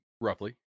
roughly